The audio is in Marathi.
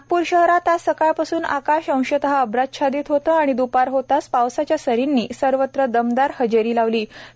नागप्र शहरात आज सकाळपासून आकाश अंशतः अभ्राच्छादीत होतं आणि द्रपार होताच पावसाच्या सरींनी सर्वत्र दमदार हजेरी हावरी